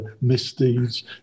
misdeeds